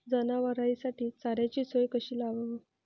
जनावराइसाठी चाऱ्याची सोय कशी लावाव?